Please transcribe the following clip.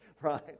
Right